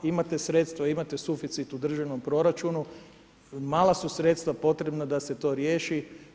Imate sredstva, imate suficit u državnom proračunu, mala su sredstva potrebna da se to riješi.